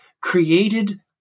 created